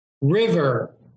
river